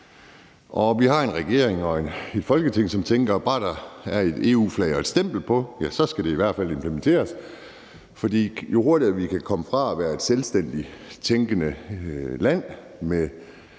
Vi har en regering og et Folketing, som tænker, at bare der er et EU-flag og et stempel på, ja, så skal det i hvert fald implementeres, for jo hurtigere vi kan komme fra at være et selvstændigt tænkende land